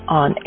on